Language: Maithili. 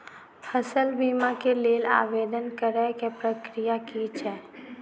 फसल बीमा केँ लेल आवेदन करै केँ प्रक्रिया की छै?